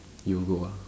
you will go ah